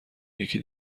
یکی